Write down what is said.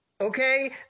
okay